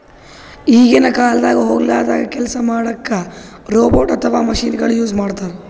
ಈಗಿನ ಕಾಲ್ದಾಗ ಹೊಲ್ದಾಗ ಕೆಲ್ಸ್ ಮಾಡಕ್ಕ್ ರೋಬೋಟ್ ಅಥವಾ ಮಷಿನಗೊಳು ಯೂಸ್ ಮಾಡ್ತಾರ್